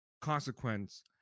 consequence